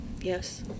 Yes